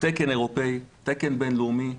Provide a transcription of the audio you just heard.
תקן אירופאי, תקן בינלאומי,